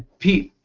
pete,